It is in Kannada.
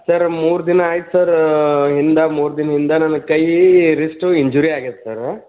ಸರ್ ಮೂರು ದಿನ ಆಯ್ತು ಸರ್ ಹಿಂದೆ ಮೂರು ದಿನ್ದಿಂದ ನನ್ನ ಕೈಯಿ ರಿಸ್ಟು ಇಂಜುರಿ ಆಗೈತೆ ಸರ್